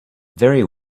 very